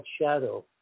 shadow